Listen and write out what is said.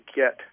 get